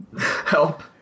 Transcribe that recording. Help